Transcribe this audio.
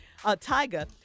Tyga